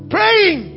Praying